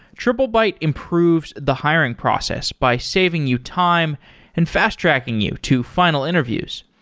triplebyte improves the hiring process by saving you time and fast-tracking you to final interviews.